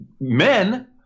men